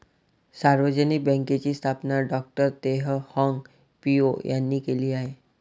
सार्वजनिक बँकेची स्थापना डॉ तेह हाँग पिओ यांनी केली आहे